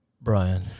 Brian